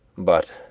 but,